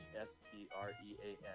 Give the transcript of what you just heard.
S-T-R-E-A-M